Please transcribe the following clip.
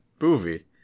movie